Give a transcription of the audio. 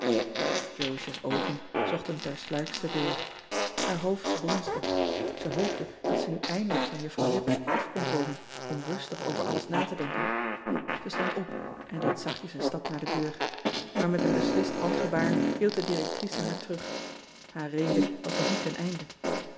s oogen zochten ter sluiks de deur aar hoofd bonsde zij hoopte dat ze nu eindelijk van uffrouw ippett of kon komen om rustig over alles na te denken e stond op en deed zachtjes een stap naar de deur maar met een beslist handgebaar hield de directrice haar terug haar rede was nog niet ten einde